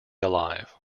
alive